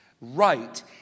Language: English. right